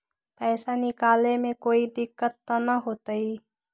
पैसा निकाले में कोई दिक्कत त न होतई?